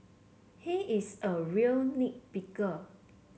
he is a real nit picker